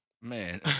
Man